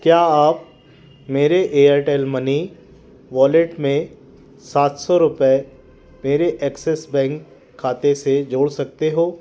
क्या आप मेरे एयरटेल मनी वॉलेट में सात सौ रुपये मेरे एक्सिस बैंक खाते से जोड़ सकते हो